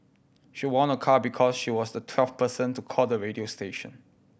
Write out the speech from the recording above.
she won a car because she was the twelfth person to call the radio station